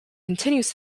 continues